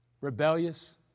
rebellious